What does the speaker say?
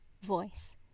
voice